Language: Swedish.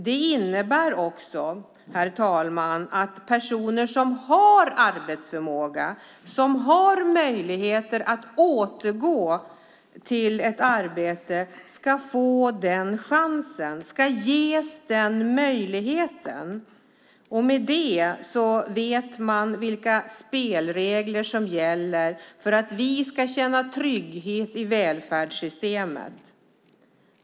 Det innebär, herr talman, att personer som har arbetsförmåga och som har möjligheter att återgå till ett arbete ska få den chansen. De ska ges den möjligheten. Därmed vet man vilka spelregler som gäller för att vi ska kunna känna trygghet i välfärdssystemet.